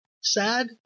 sad